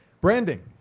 Branding